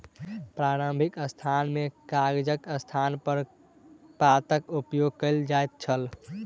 प्रारंभिक अवस्था मे कागजक स्थानपर पातक उपयोग कयल जाइत छल